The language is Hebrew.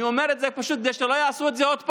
אני אומר את זה כדי שלא יעשו את זה עוד פעם,